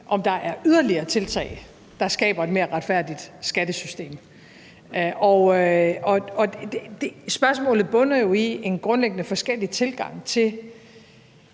om der er yderligere tiltag, der skaber et mere retfærdigt skattesystem. Spørgsmålet bunder jo i en grundlæggende forskellig tilgang til